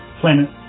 planet